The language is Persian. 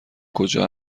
کجا